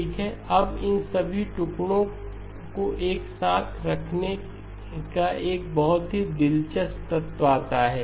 ठीक है अब इन सभी टुकड़ों को एक साथ रखने का एक बहुत ही दिलचस्प तत्व आता है